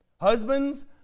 Husbands